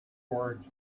words